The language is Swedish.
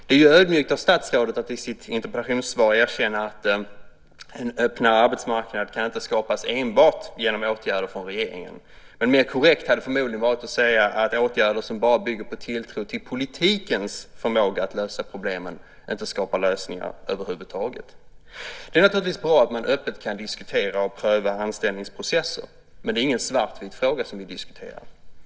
Det är ödmjukt av statsrådet att i sitt interpellationssvar erkänna att en öppnare arbetsmarknad inte kan skapas enbart med hjälp av åtgärder från regeringen. Men mer korrekt hade förmodligen varit att säga att åtgärder som bara bygger på tilltro till politikens förmåga att lösa problemen inte skapar lösningar över huvud taget. Det är naturligtvis bra att man öppet kan diskutera och pröva anställningsprocesser, men det är ingen svartvit fråga vi diskuterar.